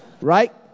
Right